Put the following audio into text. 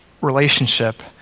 relationship